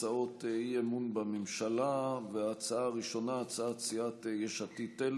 התש"ף 2020,